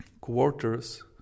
quarters